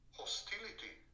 hostility